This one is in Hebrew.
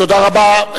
תודה רבה.